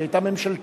היא היתה ממשלתית.